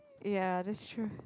ya that's true